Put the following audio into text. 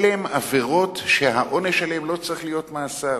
אלה הן עבירות שהעונש עליהן לא צריך להיות מאסר,